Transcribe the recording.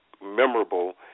memorable